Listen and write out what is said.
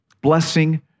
blessing